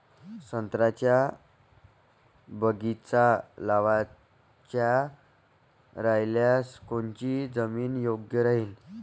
संत्र्याचा बगीचा लावायचा रायल्यास कोनची जमीन योग्य राहीन?